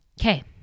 Okay